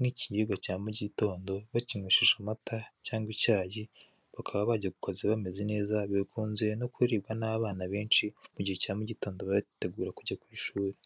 ni ikiribwa cya mu gitondo bakinywesheje amata cyangwa icyayi bakaba bajya ku kazi bameze neza bikunze no kuribwa n'abana benshi mu gihe cya mu gitondo bitegura kujya ku ishuri.